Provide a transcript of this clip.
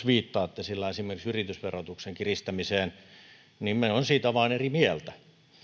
viittaatte sillä esimerkiksi yritysverotuksen kiristämiseen niin minä olen siitä vaan eri mieltä